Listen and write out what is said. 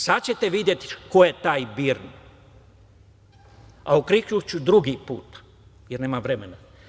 Sada ćete videti ko je taj BIRN, a o KRIK-u ću drugi put, jer nemam vremena.